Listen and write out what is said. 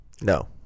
No